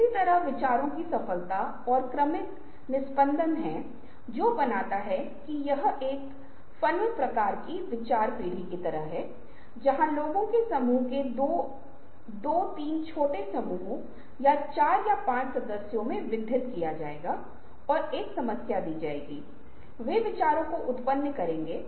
तो आप एक लीक से हट कर काम कर रहे हैं आप इस विशेष पथ को जानते हैं लेकिन यदि आप साइड पथ लेते हैं जो कि खोजे नहीं गए हैं जहां लिंक नहीं बने हैं आप पा सकते हैं कि बहुत दिलचस्प अन्वेषन किए जाने है और खोज किए जाने है